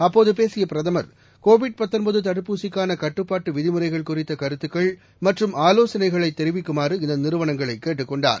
அப்போது பேசிய பிரதமர் கோவிட் தடுப்பூசிக்கான கட்டுப்பாட்டு விதிமுறைகள் குறித்த கருத்துக்கள் மற்றும் ஆலோசனைகளை தெரிவிக்குமாறு இந்த நிறுவனங்களை கேட்டுக் கொண்டார்